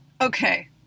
Okay